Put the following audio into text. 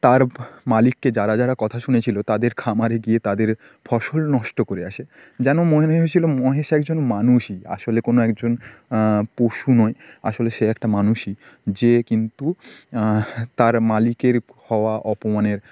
তার মালিককে যারা যারা কথা শুনিয়েছিল তাদের খামারে গিয়ে তাদের ফসল নষ্ট করে আসে যানো মনে হয়েছিল মহেশ একজন মানুষই আসলে কোনো একজন পশু নয় আসলে সে একটা মানুষই যে কিন্তু তার মালিকের হওয়া অপমানের